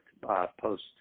Post